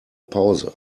pause